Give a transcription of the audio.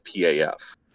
paf